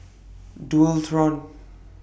Dualtron